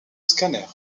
scanner